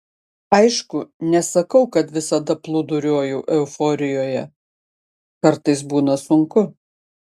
aišku nesakau kad visada plūduriuoju euforijoje kartais būna sunku